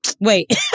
Wait